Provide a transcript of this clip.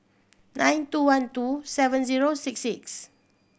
nine two one two seven zero six six